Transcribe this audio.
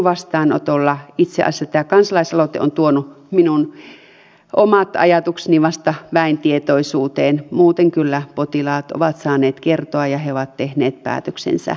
itse asiassa tämä kansalaisaloite on tuonut minun omat ajatukseni vasta väen tietoisuuteen muuten kyllä potilaat ovat saaneet kertoa ja he ovat tehneet päätöksensä